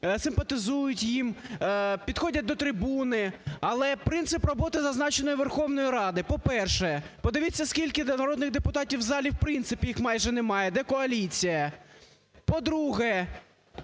симпатизують їм, підходять до трибуни. Але принцип роботи зазначено Верховної Ради: по-перше, подивіться, скільки народних депутатів у залі, в принципі, їх майже немає. Де коаліція? По-друге,